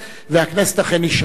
והכנסת אכן אישרה אותו.